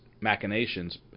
machinations